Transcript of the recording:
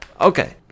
Okay